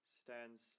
stands